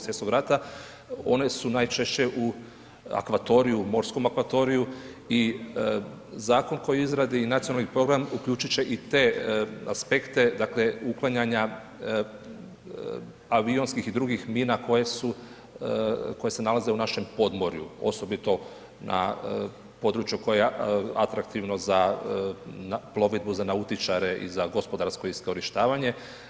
Svjetskog rata, one su najčešće u akvatoriju, morskom akvatoriju i zakon koji izradi i nacionalni program uključiti će i te aspekte, dakle uklanjanja avionskih i drugih mina koje su, koje se nalaze u našem podmorju osobito na području koje je atraktivno za plovidbu za nautičare i za gospodarsko iskorištavanje.